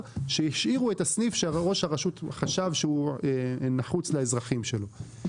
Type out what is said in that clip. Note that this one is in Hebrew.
והשאירו את הסניף שראש הרשות חשב שהוא נחוץ לאזרחים שלו.